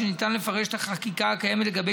שניתן לפרש את החקיקה הקיימת לגבי